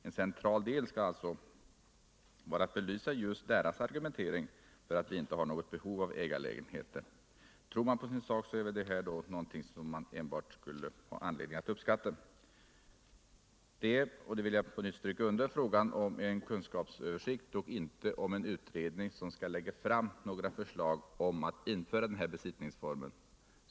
En central del skall alltså vara att belysa just deras argumentering för att vi inte har något behov av ägarlägenheter. Tror man på sin sak är väl detta enbart någonting att uppskatta. Det är — vilket skall strykas under — fråga om en kunskapsöversikt och inte om en utredning som skall lägga fram några förslag om att införa den här besittningsformen.